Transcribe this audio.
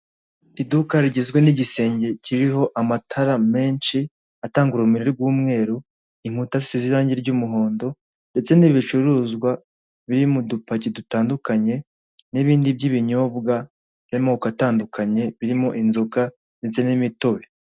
Iduka rigizwe n'igisenge kiriho amatara menshi atanga urumuri rw'umweru, inkuta zisize irangi r'yumuhondo, ndetse n'ibicuruzwa biri mu dupaki dutandukanye, n'ibindi by'ibinyobwa by'amoko atandukanye, birimo inzoga ndetse n'imitobe.